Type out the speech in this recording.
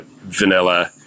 vanilla